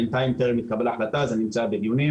בינתיים טרם התקבלה החלטה, זה נמצא בדיונים